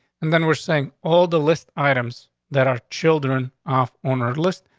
and then we're saying all the list items that our children off owner list.